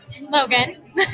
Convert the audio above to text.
Logan